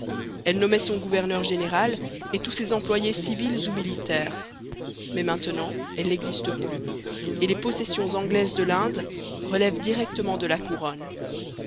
elle nommait son gouverneur général et tous ses employés civils ou militaires mais maintenant elle n'existe plus et les possessions anglaises de l'inde relèvent directement de la couronne